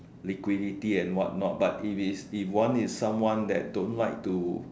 liquidity and what not but if is if one is someone then don't like to